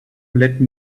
let